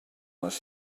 les